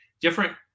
different